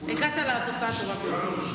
הגעת לתוצאה השווה ביותר.